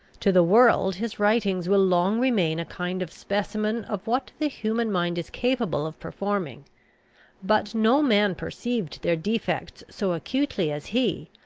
to the world his writings will long remain a kind of specimen of what the human mind is capable of performing but no man perceived their defects so acutely as he,